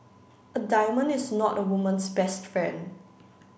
a diamond is not a woman's best friend